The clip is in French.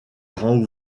grand